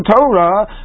Torah